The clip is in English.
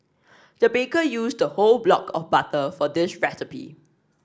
the baker used a whole block of butter for this recipe